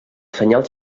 senyals